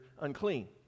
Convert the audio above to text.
unclean